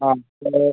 ആ